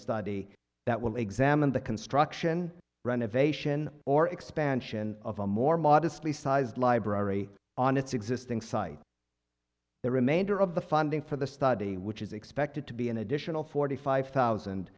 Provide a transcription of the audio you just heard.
study that will examine the construction renovation or expansion of a more modestly sized library on its existing site the remainder of the funding for the study which is expected to be an additional forty five thousand